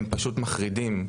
הם פשוט מחרידים.